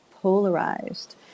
polarized